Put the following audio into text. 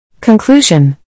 Conclusion